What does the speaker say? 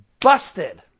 busted